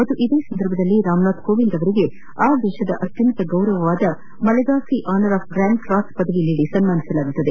ಮತ್ತು ಇದೇ ಸಂದರ್ಭದಲ್ಲಿ ರಾಮನಾಥ್ ಕೋವಿಂದ್ ಅವರಿಗೆ ಆ ದೇಶದ ಅತ್ಯುನ್ನತ ಗೌರವವಾದ Malagasy Honour of Grand Cross ಪದವಿ ನೀಡಿ ಸನ್ಮಾನಿಸಲಾಗುವುದು